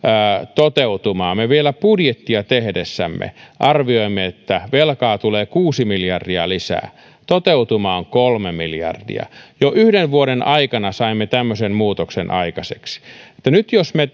toteutumaa me vielä budjettia tehdessämme arvioimme että velkaa tulee kuusi miljardia lisää nyt toteutuma on kolme miljardia jo yhden vuoden aikana saimme tämmöisen muutoksen aikaiseksi nyt jos me